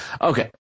Okay